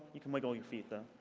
you can wickal your feet, though.